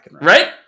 Right